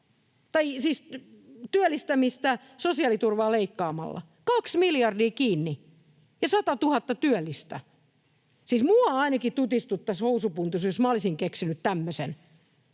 perustuvat työllistämiselle sosiaaliturvaa leikkaamalla — kaksi miljardia kiinni ja satatuhatta työllistä. Siis minua ainakin tutisuttaisi housunpuntit, jos minä olisin keksinyt tämmöisen.